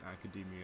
academia